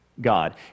God